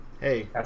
hey